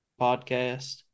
podcast